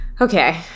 Okay